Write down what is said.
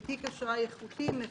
עם תיק אשראי איכותי, מפוזר,